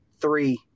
three